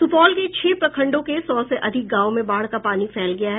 सुपौल के छह प्रखंडों के सौ से अधिक गांवों में बाढ़ का पानी फैल गया है